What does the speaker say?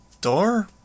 Door